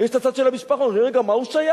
יש הצד של המשפחה, שאומר: רגע, מה הוא שייך?